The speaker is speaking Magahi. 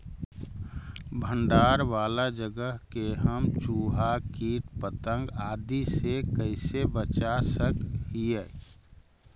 भंडार वाला जगह के हम चुहा, किट पतंग, आदि से कैसे बचा सक हिय?